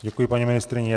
Děkuji paní ministryni.